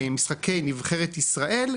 ומשחקי נבחרת ישראל,